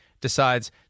decides